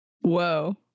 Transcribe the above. Whoa